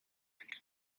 under